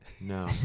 No